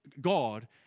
God